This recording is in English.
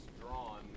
drawn